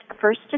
first